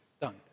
Done